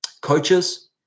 coaches